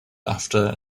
after